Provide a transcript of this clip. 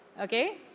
okay